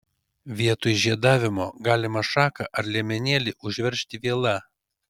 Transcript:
vietoj žiedavimo galima šaką ar liemenėlį užveržti viela